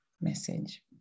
message